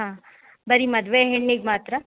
ಹಾಂ ಬರಿ ಮದುವೆ ಹೆಣ್ಣಿಗೆ ಮಾತ್ರ